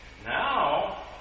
Now